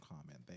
comment